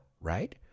right